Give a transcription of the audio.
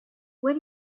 when